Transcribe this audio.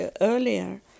earlier